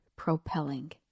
propelling